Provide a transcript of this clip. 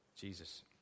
Jesus